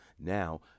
Now